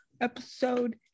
Episode